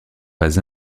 pas